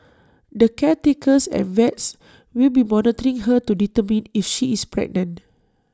the caretakers and vets will be monitoring her to determine if she is pregnant